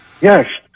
Yes